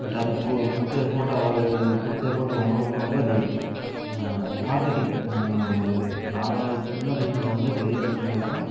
but அதுக்குக் கொடுத்த effort அவரு கொடுத்த எஃபோர்ட்டு ரொம்ப ரொம்ப ரொம்ப அதிகம் மார்க்கெட்டிங் நம்ப ஒரு நார்மல் சின்ன பிஸ்னஸுலேருந்து பெரிய பிஸ்னஸ் வரைக்கும்